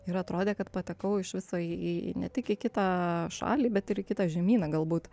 ir atrodė kad patekau iš viso į į ne tik į kitą šalį bet ir į kitą žemyną galbūt